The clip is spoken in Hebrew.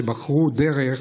שבחרו דרך,